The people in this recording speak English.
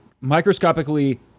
microscopically